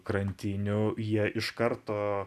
krantinių jie iš karto